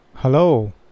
Hello